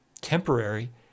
temporary